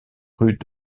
rues